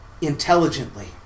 intelligently